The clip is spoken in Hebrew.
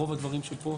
רוב הדברים שפה